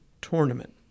tournament